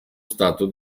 stato